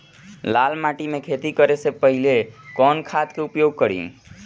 लाल माटी में खेती करे से पहिले कवन खाद के उपयोग करीं?